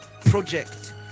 project